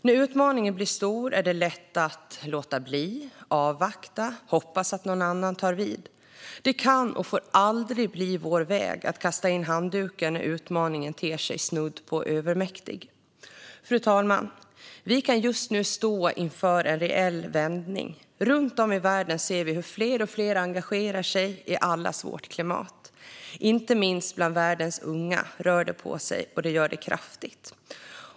När utmaningen blir stor är det lätt att låta bli, att avvakta och att hoppas att någon annan tar vid. Men det kan och får aldrig bli vår väg att kasta in handduken när utmaningen ter sig snudd på övermäktig. Fru talman! Vi kan just nu stå inför en reell vändning. Runt om i världen ser vi hur fler och fler engagerar sig i allas vårt klimat. Inte minst bland världens unga rör det på sig, och det gör det kraftigt.